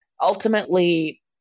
ultimately